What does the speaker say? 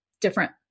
different